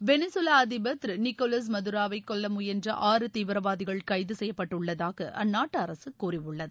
Venezuela அதிபர் Thiru Nicolas மதுரோவை கொல்ல முயன்ற ஆறு தீவிரவாதிகள் கைது செய்யப்பட்டுள்ளதாக அந்நாட்டு அரசு கூறியுள்ளது